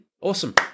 Awesome